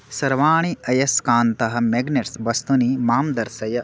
सर्वाणि अयस्कान्तः मेग्नेट्स् वस्तूनि मां दर्शय